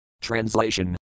Translation